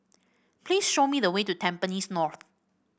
please show me the way to Tampines North